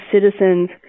citizens